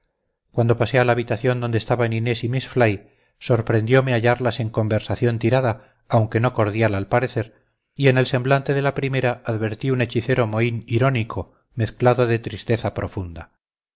cuando pasé a la habitación donde estaban inés y miss fly sorprendiome hallarlas en conversación tirada aunque no cordial al parecer y en el semblante de la primera advertí un hechicero mohín irónico mezclado de tristeza profunda